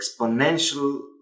exponential